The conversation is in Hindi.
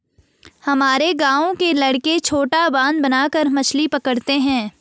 हमारे गांव के लड़के छोटा बांध बनाकर मछली पकड़ते हैं